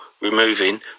removing